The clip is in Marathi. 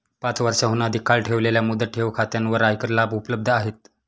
पाच वर्षांहून अधिक काळ ठेवलेल्या मुदत ठेव खात्यांवर आयकर लाभ उपलब्ध आहेत